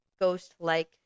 ghost-like